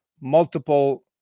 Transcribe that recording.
multiple